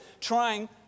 trying